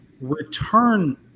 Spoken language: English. return